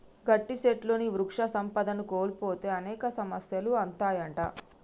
గట్టి సెట్లుని వృక్ష సంపదను కోల్పోతే అనేక సమస్యలు అత్తాయంట